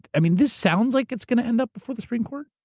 i mean, this sounds like it's gonna end up before the supreme court.